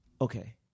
okay